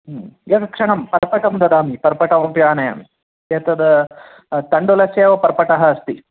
एकं क्षणं पर्पटं ददामि पर्पटोपि आनयामि एतद् तण्डुलस्य एव पर्पटः अस्ति